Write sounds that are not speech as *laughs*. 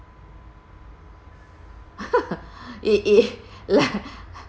*laughs* it it like